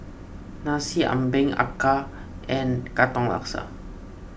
Nasi Ambeng Acar and Katong Laksa